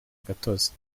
gatozi